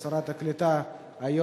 ושרת הקליטה היום,